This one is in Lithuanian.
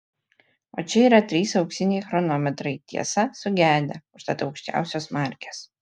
o čia yra trys auksiniai chronometrai tiesa sugedę užtat aukščiausios markės